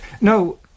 No